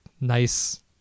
nice